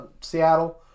Seattle